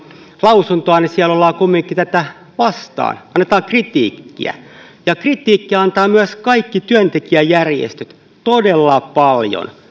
lausuntoa niin siellä ollaan kumminkin tätä vastaan annetaan kritiikkiä kritiikkiä antavat myös kaikki työntekijäjärjestöt todella paljon